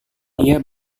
dia